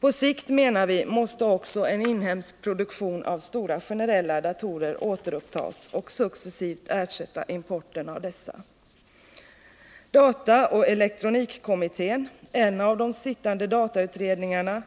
På sikt, menar vi, måste också en inhemsk produktion av stora generella datorer återupptas och successivt ersätta importen av dessa. Dataoch elektronikkommittén, en av de sittande datautredningarna,